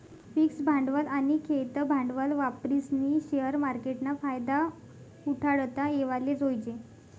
fix भांडवल आनी खेयतं भांडवल वापरीस्नी शेअर मार्केटना फायदा उठाडता येवाले जोयजे